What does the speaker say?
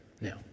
Now